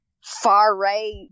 far-right